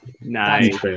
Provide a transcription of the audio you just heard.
Nice